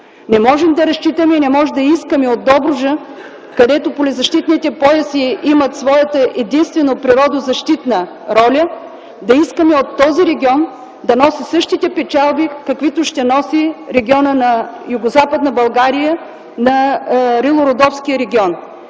Не можем да разчитаме и не можем да искаме от Добруджа, където полезащитните пояси имат своята единствено природозащитна роля, да искаме от този регион да носи същите печалби, каквито ще носи регионът на Югозападна България, на Рило-Родопския регион.